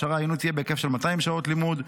ההכשרה העיונית תהיה בהיקף של 200 שעות לימוד,